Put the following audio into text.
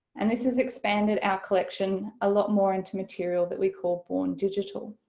and this has expanded our collection a lot more into material that we call born digital.